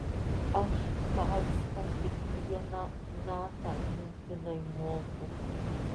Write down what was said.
aš fausto kiekvieną natą mintinai moku